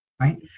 right